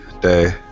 day